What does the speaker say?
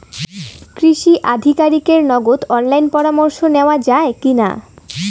কৃষি আধিকারিকের নগদ অনলাইন পরামর্শ নেওয়া যায় কি না?